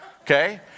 Okay